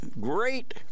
great